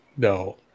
No